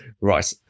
Right